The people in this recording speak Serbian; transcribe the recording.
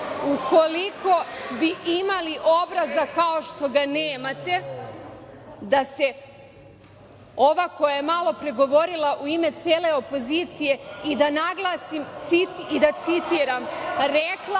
ukoliko bi imali obraza kao što ga nemate, da se ova koja je malopre govorila u ime cele opozicije i, da citiram, rekla